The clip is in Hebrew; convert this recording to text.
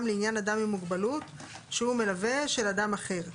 לעניין אדם עם מוגבלות שהוא מלווה של אדם אחר.